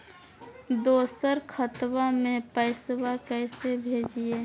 दोसर खतबा में पैसबा कैसे भेजिए?